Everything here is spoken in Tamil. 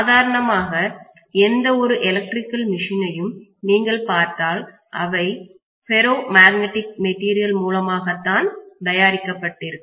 சாதாரணமாக எந்த ஒரு எலக்ட்ரிக்கல் மிஷின்ன்னையும் நீங்கள் பார்த்தால் அவை பெர்ரோ மேக்னெட்டிக் மெட்டீரியல் மூலமாக தான் தயாரிக்கப்பட்டிருக்கும்